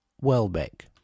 Welbeck